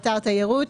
אתר תיירות,